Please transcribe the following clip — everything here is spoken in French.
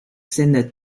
scènes